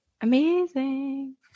Amazing